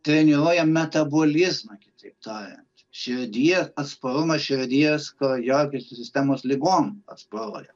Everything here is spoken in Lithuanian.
treniruoja metabolizmą kitaip tariant širdie atsparumas širdies kraujagyslių sistemos ligom atsparuoja